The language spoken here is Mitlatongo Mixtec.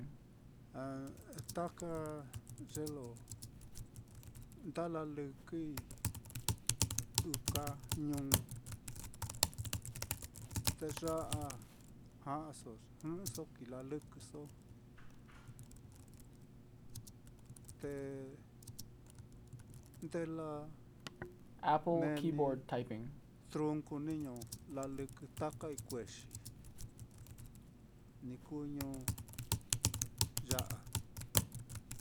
Ah taka ye lo nda lalɨkɨ ɨka ñuu, te ya á ja'aso jɨꞌɨso kii laɨkɨso, te nde laa xi mee ni trunku niño lalɨkɨ taka ikkuexi, ni kuu ñuu ya á.